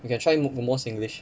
you can try mo~ more singlish